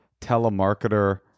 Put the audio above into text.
telemarketer